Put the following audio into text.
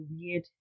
weird